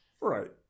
Right